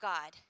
God